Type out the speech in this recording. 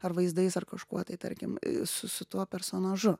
ar vaizdais ar kažkuo tai tarkim su su tuo personažu